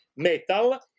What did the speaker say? metal